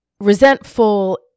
resentful